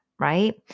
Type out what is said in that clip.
right